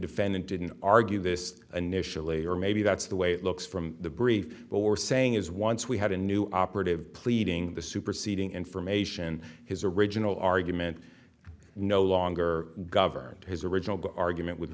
defendant didn't argue this initially or maybe that's the way it looks from the brief what we're saying is once we had a new operative pleading the superseding information his original argument no longer government his original argument with